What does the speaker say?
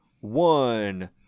one